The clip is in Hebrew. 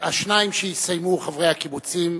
השניים שיסיימו, חברי הקיבוצים.